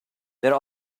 there